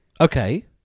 Okay